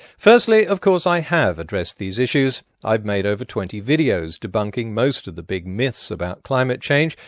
firstly, of course i have addressed these issues, i've made over twenty videos debunking most of the big myths about climate change,